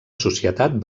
societat